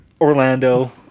Orlando